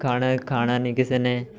ਖਾਣਾ ਇਹ ਖਾਣਾ ਨਹੀਂ ਕਿਸੇ ਨੇ